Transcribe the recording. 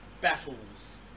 battles